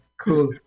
Cool